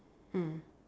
mm